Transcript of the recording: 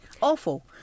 Awful